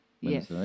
Yes